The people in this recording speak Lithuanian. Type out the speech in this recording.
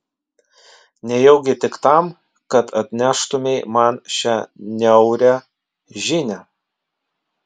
nejaugi tik tam kad atneštumei man šią niaurią žinią